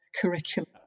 curriculum